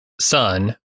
son